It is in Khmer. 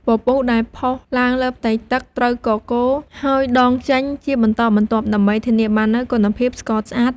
ពពុះដែលផុសឡើងលើផ្ទៃទឹក ត្រូវកកូរហើយដងចេញជាបន្តបន្ទាប់ ដើម្បីធានាបាននូវគុណភាពស្ករស្អាត។